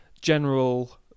general